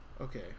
Okay